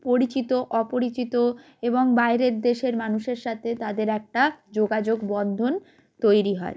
পরিচিত অপরিচিত এবং বাইরের দেশের মানুষের সাথে তাদের একটা যোগাযোগ বন্ধন তৈরি হয়